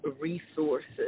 resources